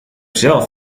zelf